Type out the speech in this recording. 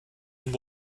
and